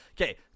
okay